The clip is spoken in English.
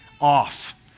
off